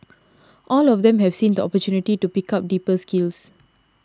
all of them have seen the opportunity to pick up deeper skills